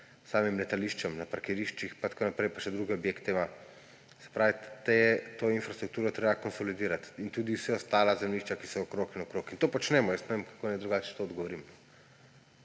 samim letališčem na parkiriščih pa tako naprej. Pa še druge objekte ima. Se pravi, to infrastrukturo je treba konsolidirati in tudi vsa ostala zemljišča, ki so okrog in okrog. To počnemo – ne vem, kako naj drugače odgovorim.